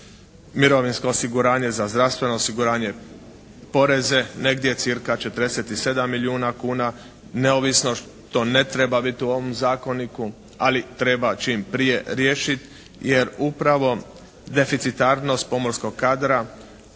mirovinsko osiguranje, za zdravstveno osiguranje, poreze negdje cirka 47 milijuna kuna neovisno što ne treba biti u ovom zakoniku ali treba čim prije riješiti jer upravo deficitarnost pomorskog kadra